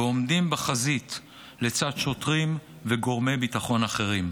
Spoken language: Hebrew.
ועומדים בחזית לצד שוטרים וגורמי ביטחון אחרים.